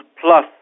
plus